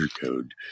code